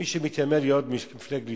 מי שמתיימר להיות מפלגת